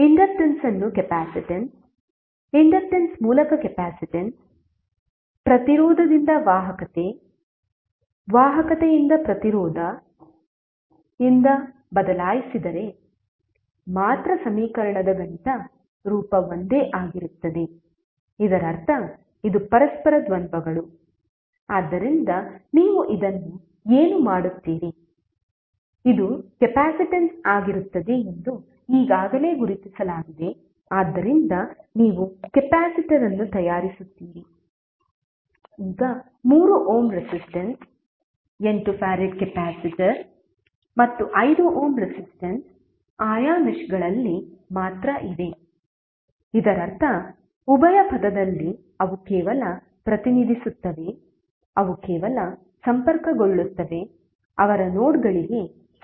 inductance ಅನ್ನು capacitance inductance ಮೂಲಕ capacitance ಪ್ರತಿರೋಧದಿಂದ ವಾಹಕತೆ ವಾಹಕತೆಯಿಂದ ಪ್ರತಿರೋಧದಿಂದ ಬದಲಾಯಿಸಿದರೆ ಮಾತ್ರ ಸಮೀಕರಣದ ಗಣಿತ ರೂಪ ಒಂದೇ ಆಗಿರುತ್ತದೆ ಇದರರ್ಥ ಇದು ಪರಸ್ಪರರ ದ್ವಂದ್ವಗಳು ಆದ್ದರಿಂದ ನೀವು ಇದನ್ನು ಏನು ಮಾಡುತ್ತೀರಿ ಇದು ಕೆಪಾಸಿಟನ್ಸ್ ಆಗಿರುತ್ತದೆ ಎಂದು ಈಗಾಗಲೇ ಗುರುತಿಸಲಾಗಿದೆ ಆದ್ದರಿಂದ ನೀವು ಕೆಪಾಸಿಟರ್ ಅನ್ನು ತಯಾರಿಸುತ್ತೀರಿ ಈಗ 3 ಓಮ್ ರೆಸಿಸ್ಟೆನ್ಸ್ 8 ಫರಾಡ್ ಕೆಪಾಸಿಟರ್ ಮತ್ತು 5 ಓಮ್ ರೆಸಿಸ್ಟೆನ್ಸ್ ಆಯಾ ಮೆಶ್ಗಳಲ್ಲಿ ಮಾತ್ರ ಇವೆ ಇದರರ್ಥ ಉಭಯ ಪದದಲ್ಲಿ ಅವು ಕೇವಲ ಪ್ರತಿನಿಧಿಸುತ್ತವೆ ಅವು ಕೇವಲ ಸಂಪರ್ಕಗೊಳ್ಳುತ್ತವೆ ಅವರ ನೋಡ್ಗಳಿಗೆ ಸಂಬಂಧಿಸಿದಂತೆ